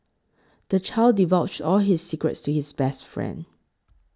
the child divulged all his secrets to his best friend